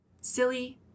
silly